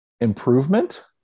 Improvement